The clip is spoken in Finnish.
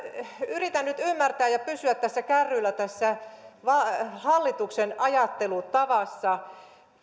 yritän ymmärtää ja pysyä kärryillä hallituksen ajattelutavassa